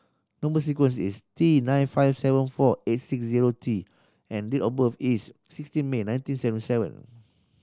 number sequence is T nine five seven four eight six zero T and date of birth is sixteen May nineteen seventy seven